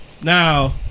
Now